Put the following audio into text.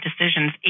decisions